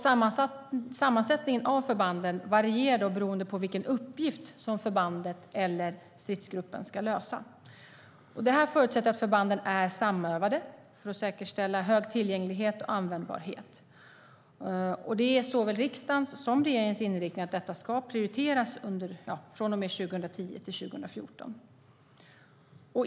Sammansättningen av förbanden varierar beroende på vilken uppgift som förbanden eller stridsgruppen ska lösa. Det förutsätter att förbanden är samövade, för att säkerställa hög tillgänglighet och användbarhet. Det är såväl riksdagens som regeringens inriktning att detta ska prioriteras från och med 2010 till 2014.